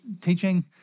teaching